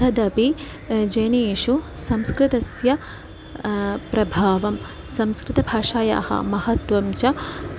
तदपि जनेषु संस्कृतस्य प्रभावः संस्कृतभाषायाः महत्त्वं च